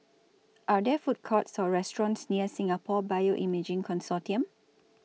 Are There Food Courts Or restaurants near Singapore Bioimaging Consortium